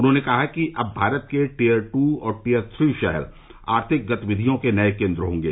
उन्होंने कहा कि अब भारत के टीयर टू और टीयर थ्री शहर आर्थिक गतिविधियों के नये केन्द्र होंगे